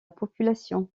population